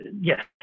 Yes